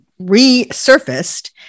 resurfaced